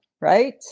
right